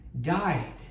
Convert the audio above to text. died